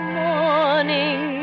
morning